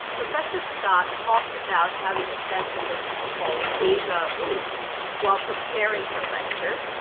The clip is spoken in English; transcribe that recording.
professor scott talked about having a sense of what she called deja vu while preparing her lecture,